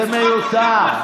זה מיותר.